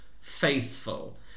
faithful